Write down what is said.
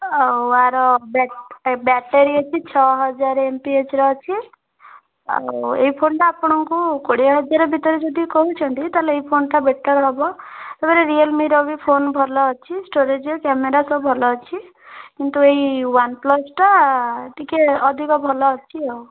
ଆଉ ଆର ବ୍ୟାଟେରୀ ଅଛି ଛଅ ହଜାରେ ଏମପିଏଚ୍ର ଅଛି ଆଉ ଏଇ ଫୋନ୍ଟା ଆପଣଙ୍କୁ କୋଡ଼ିଏ ହଜାର ଭିତରେ ଯଦି କହୁଛନ୍ତି ତା'ହେଲେ ଏଇ ଫୋନ୍ଟା ବେଟର ହବ ତା'ପରେ ରିୟଲମିର ବି ଫୋନ୍ ଭଲ ଅଛି ଷ୍ଟୋରେଜ କ୍ୟାମେରା ସବୁ ଭଲ ଅଛି କିନ୍ତୁ ଏଇ ୱାନ୍ପ୍ଲସ୍ଟା ଟିକିଏ ଅଧିକ ଭଲ ଆସୁଛି ଆଉ